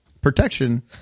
protection